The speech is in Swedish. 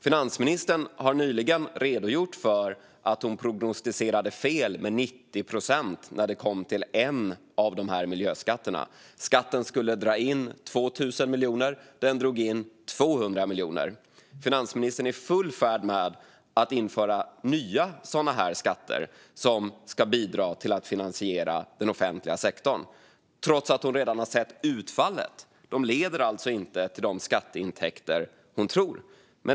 Finansministern har nyligen redogjort för att hon prognostiserade fel med 90 procent när det gällde en av dessa miljöskatter. Skatten skulle dra in 2 000 miljoner, men den drog bara in 200 miljoner. Finansministern är i full färd med att införa nya sådana skatter, som ska bidra till att finansiera den offentliga sektorn, trots att hon redan har sett utfallet. De leder alltså inte till de skatteintäkter hon tror.